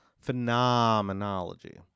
phenomenology